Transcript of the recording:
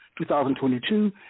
2022